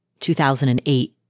2008